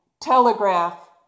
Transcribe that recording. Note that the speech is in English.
Telegraph